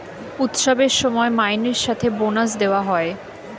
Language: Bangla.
উৎসবের সময় মাইনের সাথে বোনাস দেওয়া হয়